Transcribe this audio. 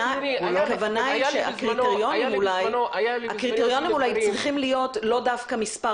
הכוונה היא שהקריטריונים אולי צריכים להיות לא דווקא מספר